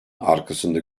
arkasında